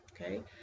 Okay